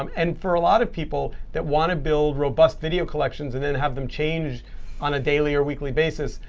um and for a lot of people that want to build robust video collections, and then have them change on a daily or weekly basis,